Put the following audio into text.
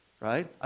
right